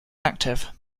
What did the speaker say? active